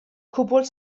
cwbl